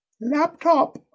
Laptop